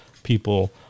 people